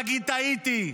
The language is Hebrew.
שיגיד "טעיתי".